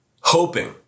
Hoping